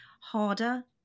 harder